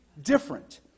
different